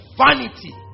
vanity